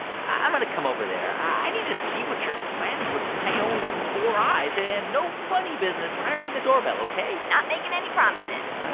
i'm going to come over there. i need to see what you're planning with my own four eyes. and and no funny business when i ring the doorbell, ok? not making any promises